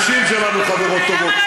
הנשים שלנו חברות קרובות,